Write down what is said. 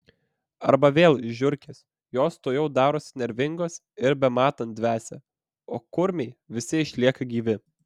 arba vėl žiurkės jos tuojau darosi nervingos ir bematant dvesia o kurmiai visi išlieka gyvi